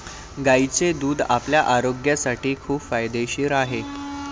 गायीचे दूध आपल्या आरोग्यासाठी खूप फायदेशीर आहे